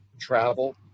travel